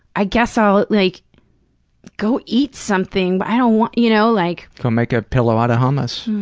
i guess i'll like go eat something, but i don't want you know like. go make a pillow out of hummus.